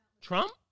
Trump